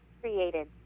created